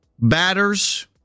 batters